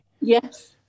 Yes